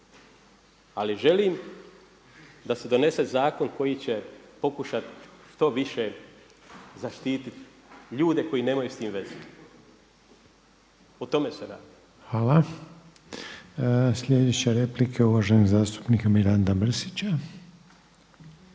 Ali želim da se donese zakon koji će pokušat što više zaštititi ljude koji nemaju s tim veze, o tome se radi. **Reiner, Željko (HDZ)** Hvala. Sljedeća replika je uvaženog zastupnika Miranda Mrsića.